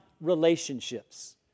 relationships